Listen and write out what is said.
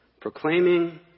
proclaiming